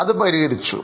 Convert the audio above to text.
അത് പരിഹരിച്ചു